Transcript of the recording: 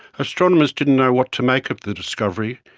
astronomers didn't know what to make of the discovery,